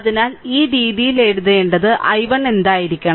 അതിനാൽ ഈ രീതിയിൽ എഴുതേണ്ട i1 എന്തായിരിക്കണം